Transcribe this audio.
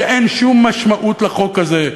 שאין שום משמעות לחוק הזה,